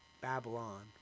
Babylon